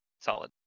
Solid